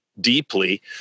deeply